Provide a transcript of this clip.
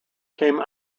came